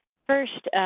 first,